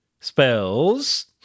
spells